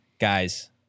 guys